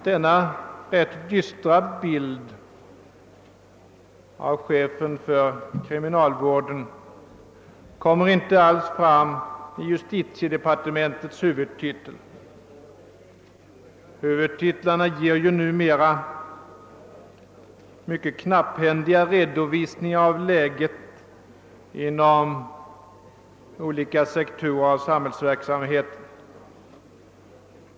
Denna rätt dystra bild, som målades upp av chefen för kriminalvårdsstyrelsen, kommer inte alls fram i justitiedepartementets huvudtitel. Huvudtitlarna ger ju numera mycket knapphändiga redovisningar av läget inom olika sektorer av samhällsverksamhet.